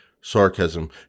sarcasm